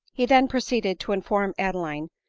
he then proceeded to inform adeline,